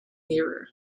nearer